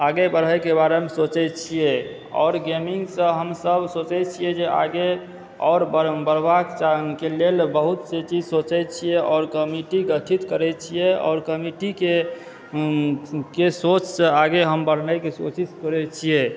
आगे बढ़ेकऽ बारेमऽ सोचैत छियै आओर गेमिंगसँ हमसभ सोचैत छियै जे आगे आओर बड़ बढ़बाक चाही कऽ लेल बहुतसा चीज सोचैत छियै आओर कमिटी गठित करैत छियै आओर कमिटीकऽ सोचसँ आगे हम बढ़नेकऽ कोशिश करैत छियै